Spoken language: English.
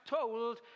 told